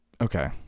okay